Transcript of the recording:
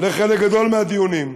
לחלק גדול מהדיונים.